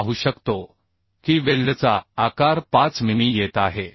आपण पाहू शकतो की वेल्डचा आकार 5 मिमी येत आहे